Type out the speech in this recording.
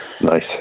nice